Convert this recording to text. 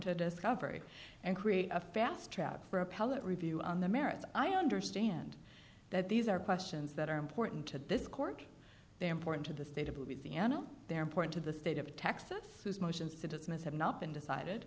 discovery and create a fast track for appellate review on the merits i understand that these are questions that are important to this court they are important to the state of louisiana they're important to the state of texas motions to dismiss have not been decided